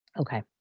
Okay